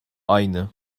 aynı